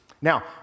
Now